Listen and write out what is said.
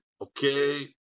okay